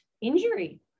injury